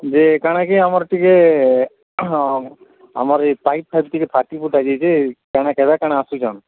ଯେ କାଣାକି ଆମର ଟିକେ ଆମର ଏଇ ପାଇପ୍ ଫାଇପ୍ ଟିକେ ଫାଟି ଫୁଟା ଯାଇଛି କାଣା କେବେ କାଣା ଆସୁଛନ୍